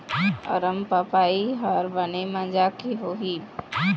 अरमपपई हर बने माजा के होही?